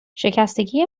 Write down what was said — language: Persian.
شکستگی